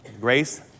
Grace